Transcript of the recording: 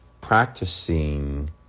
practicing